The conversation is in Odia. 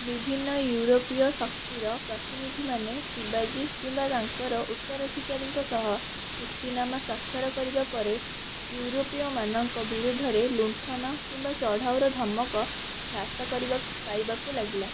ବିଭିନ୍ନ ୟୁରୋପୀୟ ଶକ୍ତିର ପ୍ରତିନିଧିମାନେ ଶିବାଜୀ କିମ୍ବା ତାଙ୍କର ଉତ୍ତରାଧିକାରୀଙ୍କ ସହ ଚୁକ୍ତିନାମା ସ୍ୱାକ୍ଷର କରିବା ପରେ ୟୁରୋପୀୟ ମାନଙ୍କ ବିରୋଧରେ ଲୁଣ୍ଠନ କିମ୍ବା ଚଢ଼ାଉ ର ଧମକ ହ୍ରାସ କରିବା ପାଇବାକୁ ଲାଗିଲା